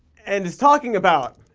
and is talking about.